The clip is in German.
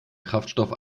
kraftstoff